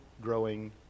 growing